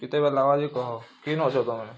କେତେବେଲ୍ ଲାଗ୍ବା ଯେ କହ କେନୁ ଅଛ ତମେ